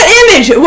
image